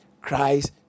Christ